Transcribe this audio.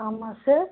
ஆமாம் சார்